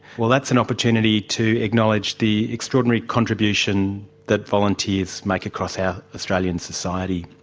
well, that's an opportunity to acknowledge the extraordinary contribution that volunteers make across our australian society.